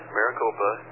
Maricopa